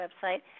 website